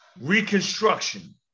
reconstruction